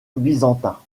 byzantins